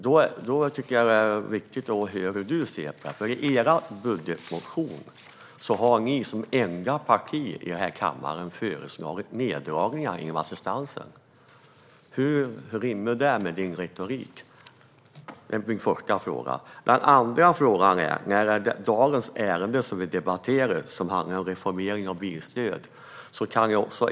Jag tycker att det är viktigt att få höra hur du ser på det, för i er budgetmotion har ni som enda parti i denna kammare föreslagit neddragningar inom assistansen. Hur rimmar det med din retorik? Det är min första fråga. Den andra frågan rör det ärende vi debatterar, nämligen en reformering av bilstödet.